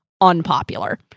unpopular